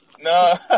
No